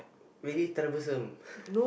really troublesome